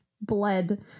bled